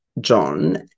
John